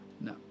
No